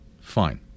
Fine